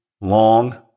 long